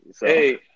Hey